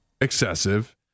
excessive